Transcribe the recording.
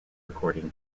recording